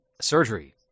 Surgery